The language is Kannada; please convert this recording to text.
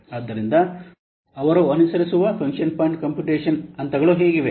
ಆದ್ದರಿಂದ ಅವರು ಅನುಸರಿಸುವ ಫಂಕ್ಷನ್ ಪಾಯಿಂಟ್ ಕಂಪ್ಯೂಟೇಶನ್ ಹಂತಗಳು ಹೀಗಿವೆ